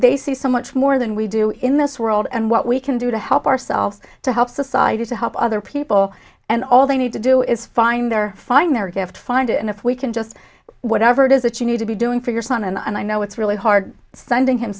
they see so much more than we do in this world and what we can do to help ourselves to help society to help other people and all they need to do is find their find their gift find it and if we can just whatever it is that you need to be doing for your son and i know it's really hard sending him